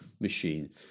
machine